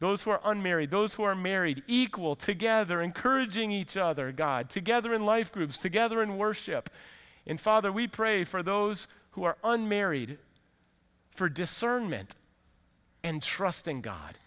those who are unmarried those who are married equal together encouraging each other god together in life groups together in worship in father we pray for those who are unmarried for discernment and trusting god